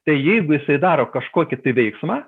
tai jeigu jisai daro kažkokį veiksmą